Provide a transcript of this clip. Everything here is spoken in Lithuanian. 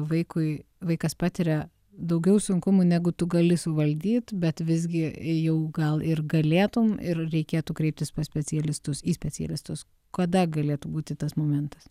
vaikui vaikas patiria daugiau sunkumų negu tu gali suvaldyt bet visgi jau gal ir galėtum ir reikėtų kreiptis pas specialistus į specialistus kada galėtų būti tas momentas